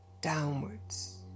Downwards